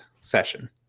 session